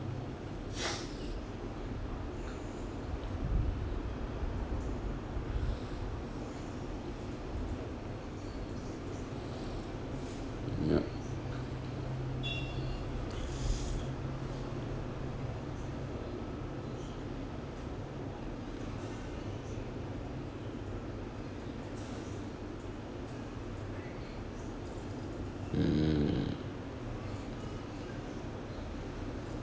yup mm